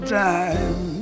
time